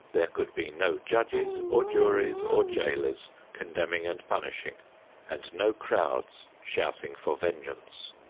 there could be no judges or juries or jailers condemning and punishing and no crowds shouting for vengeance.